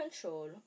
control